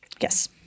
Yes